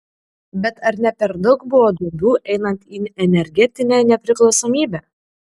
bet ar ne per daug buvo duobių einant į energetinę nepriklausomybę